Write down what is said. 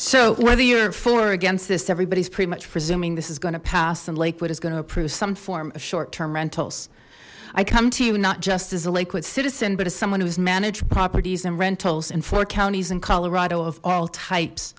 so whether you're for or against this everybody's pretty much presuming this is going to pass and lakewood is going to approve some form of short term rentals i come to you not just as a liquid citizen but as someone who has managed properties and rentals in four counties in colorado of all types